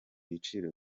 ibiciro